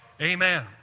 amen